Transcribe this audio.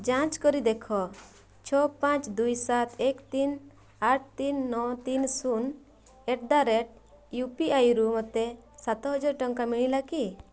ଯାଞ୍ଚ କରି ଦେଖ ଛଅ ପାଞ୍ଚ ଦୁଇ ସାତ ଏକ ତିନି ଆଠ ତିନି ନଅ ତିନି ଦୁଇ ଆଟ୍ ଦ ରେଟ୍ ୟୁପିଆଇରୁ ମୋତେ ସାତହଜାର ଟଙ୍କା ମିଳିଲା କି